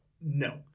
No